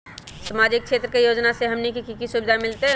सामाजिक क्षेत्र के योजना से हमनी के की सुविधा मिलतै?